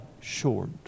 short